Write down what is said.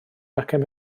gacen